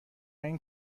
این